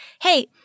hey